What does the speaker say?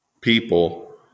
people